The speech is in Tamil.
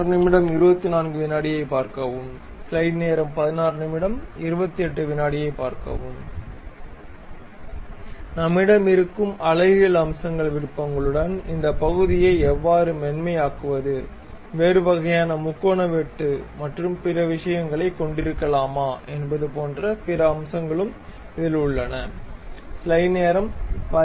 நம்மிடம் இருக்கும் அழகியல் அம்சங்கள் விருப்பங்களுடன் இந்த பகுதியை எவ்வாறு மென்மையாக்குவது வேறு வகையான முக்கோண வெட்டு மற்றும் பிற விஷயங்களைக் கொண்டிருக்கலாமா என்பது போன்ற பிற அம்சங்களும் உள்ளன